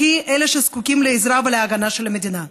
אלה שהכי זקוקים לעזרה ולהגנה של המדינה.